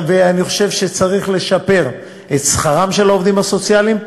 אני חושב שצריך לשפר את שכרם של העובדים הסוציאליים,